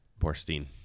Borstein